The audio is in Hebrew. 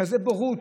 כזו בורות,